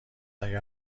اگر